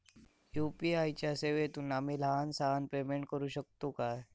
UPI च्या सेवेतून आम्ही लहान सहान पेमेंट करू शकतू काय?